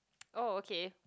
oh okay